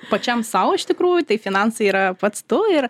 pačiam sau iš tikrųjų tai finansai yra pats tu ir